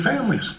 families